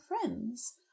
friends